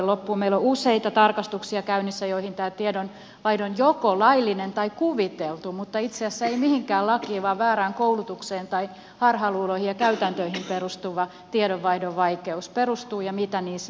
meillä on useita tarkastuksia käynnissä mihin tämä tiedonvaihdon joko laillinen tai kuviteltu mutta itse asiassa ei mihinkään lakiin vaan väärään koulutukseen tai harhaluuloihin ja käytäntöihin perustuva vaikeus perustuu ja mitä niille on tehtävä